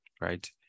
right